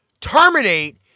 terminate